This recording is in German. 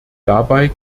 dabei